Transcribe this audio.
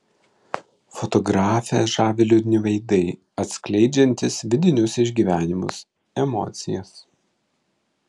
fotografę žavi liūdni veidai atskleidžiantys vidinius išgyvenimus emocijas